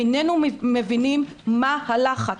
איננו מבינים מה הלחץ.